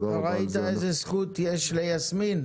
ראית איזה זכות יש ליסמין?